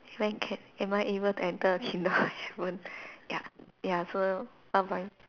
when can am I able to enter the kingdom of heaven ya ya so what about you